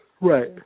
Right